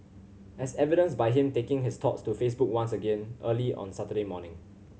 as evidenced by him taking his thoughts to Facebook once again early on Saturday morning